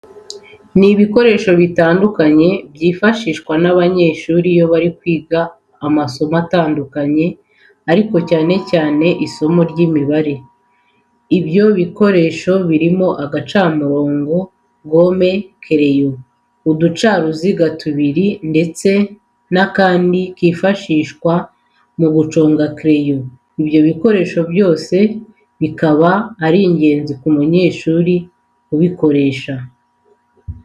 Ni ibikoresho bitandukanye byifashishwa n'abanyeshuri iyo bari kwiga amasomo atandukanye ariko cyane cyane isimo ry'imibare. Ibyo bikoresho birimo uducamirongo, gome, kereyo, uducaruziga tubiri ndetse n'akandi kifashishwa mu guconga kereyo. Ibyo bikoresho byose bikaba ari ingenzi ku munyeshuri ubikoresha.